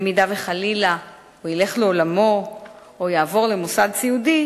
אם חלילה הוא ילך לעולמו או יעבור למוסד סיעודי,